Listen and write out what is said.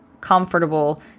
comfortable